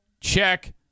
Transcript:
check